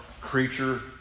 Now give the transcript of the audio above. creature